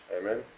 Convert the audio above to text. Amen